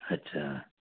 अच्छा